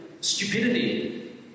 Stupidity